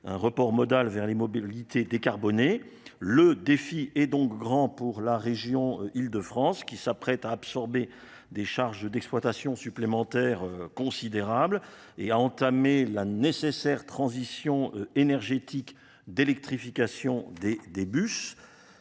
un report modal vers les mobilités décarbonées. Le défi est donc grand pour la région Île de France, qui s’apprête à absorber d’importantes charges d’exploitation supplémentaires et à entamer la nécessaire transition énergétique d’électrification des bus.